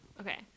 okay